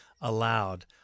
allowed